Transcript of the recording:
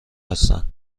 هستند